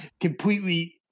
completely